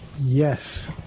Yes